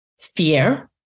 fear